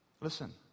Listen